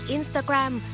Instagram